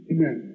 Amen